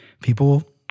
People